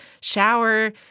shower